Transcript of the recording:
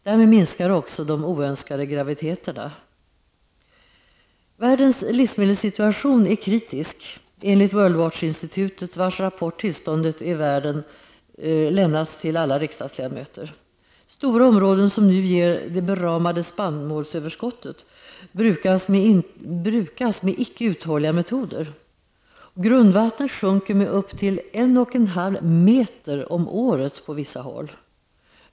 Därmed minskar också de oönskade graviditeterna. Världens livsmedelssituation är kritisk, enligt World Watch Institute, vars rapport Tillståndet i världen lämnats till alla riksdagasledamöter. Stora områden som nu ger det beramade spannmålsöverskottet brukas med icke uthålliga metoder. Grundvattnet sjunker med upp till en och en halv meter om året på vissa håll.